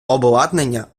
обладнання